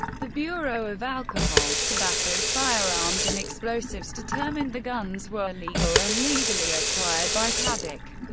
the bureau of alcohol, tobacco, firearms and explosives determined the guns were legal and legally acquired by paddock.